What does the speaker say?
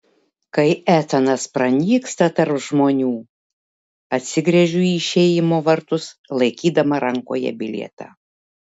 kai etanas pranyksta tarp žmonių atsigręžiu į išėjimo vartus laikydama rankoje bilietą